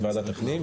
עם ועדת הפנים,